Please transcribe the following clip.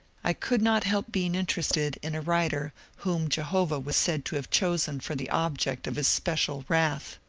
i could not help being interested in a writer whom jehovah was said to have chosen for the object of his special wrath.